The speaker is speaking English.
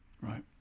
right